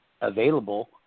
available